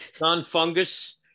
non-fungus